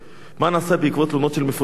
4. מה נעשה בעקבות תלונות של מפונים על ביזה?